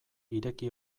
ireki